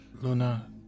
Luna